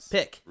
pick